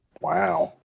Wow